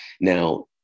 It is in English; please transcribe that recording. Now